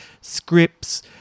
scripts